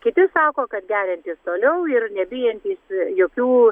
kiti sako kad geriantys toliau ir nebijantys jokių